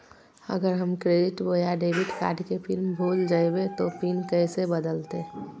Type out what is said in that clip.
अगर हम क्रेडिट बोया डेबिट कॉर्ड के पिन भूल जइबे तो पिन कैसे बदलते?